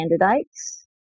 candidates